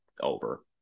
over